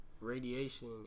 radiation